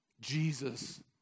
Jesus